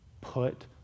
put